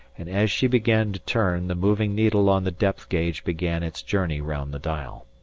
and as she began to turn the moving needle on the depth gauge began its journey round the dial.